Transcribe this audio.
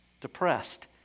depressed